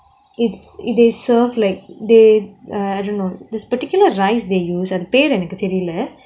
it's it is served like they I don't know there's a particular rice they use அது பெயர் எனக்கு தெரியல:athu peyar enaku theriyala